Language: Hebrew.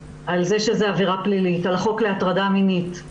על כך שזאת עבירה פלילית, על החוק להטרדה מינית.